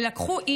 ולקחו,